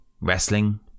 wrestling